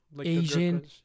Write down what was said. Asian